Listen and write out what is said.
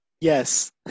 Yes